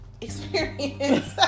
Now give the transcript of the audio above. experience